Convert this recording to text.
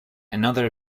another